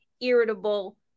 irritable